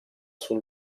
sul